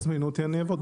תזמינו אותי אני אבוא.